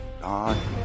God